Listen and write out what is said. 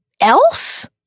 else